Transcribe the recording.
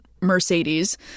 mercedes